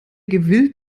gewillt